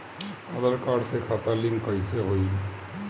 आधार card से खाता link कईसे होई?